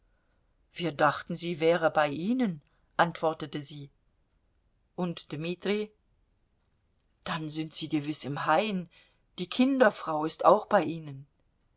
wir dachten sie wäre bei ihnen antwortete sie und dmitri dann sind sie gewiß im hain die kinderfrau ist auch bei ihnen